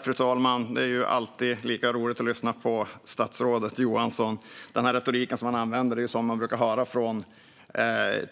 Fru talman! Det är alltid lika roligt att lyssna på statsrådet Johansson. Den retorik han använder är ju sådan som man brukar höra